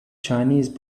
chinese